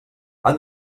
han